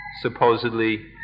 supposedly